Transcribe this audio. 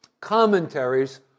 commentaries